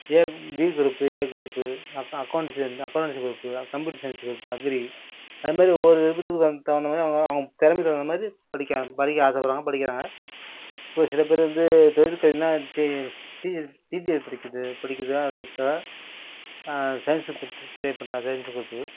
A B group A group அக் accounts accountancy group computer science group agri அதுமாரி ஒவ்வொரு விருப்பத்துக்கு த தகுந்த மாதிரி அவுங்கவங்க அவங்க திறமைக்கி தகுந்த மாதிரி படிக்க படிக்க ஆசைப்பட்றாங்க படிக்கிறாங்க ஒரு சில பேர் வந்து தொழிற்கல்வின்னால் தி பி பிஜிஐ படிக்கிறது படிக்கிறதெலாம் இருக்கா சைன்ஸு க்ரூப்புக்கு ட்ரை பண்ணுறாங்க சைன்ஸு க்ரூப்பு